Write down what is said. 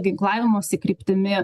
ginklavimosi kryptimi